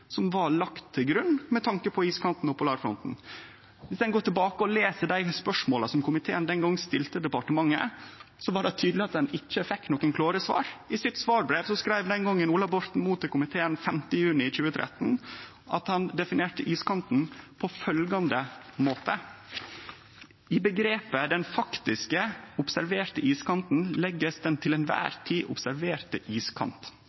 som var lagd til grunn for iskanten og polarfronten. Viss ein går tilbake og les dei spørsmåla som komiteen den gongen stilte departementet, er det tydeleg at ein ikkje fekk nokon klåre svar. I svarbrevet sitt den gongen skreiv Ola Borten Moe til komiteen 5. juni 2013 at han definerte iskanten på følgjande måte: «I begrepet den faktiske/observerte iskanten legges den til enhver tid observerte iskant.